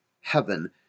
heaven